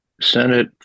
Senate